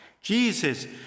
Jesus